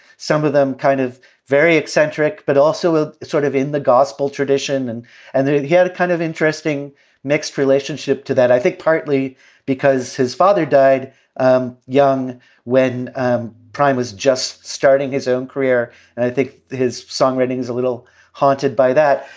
some of them kind of very eccentric, but also sort of in the gospel tradition. tradition. and and they're yeah kind of interesting mixed relationship to that, i think, partly because his father died um young when prime is just starting his own career. and i think his songwriting is a little haunted by that.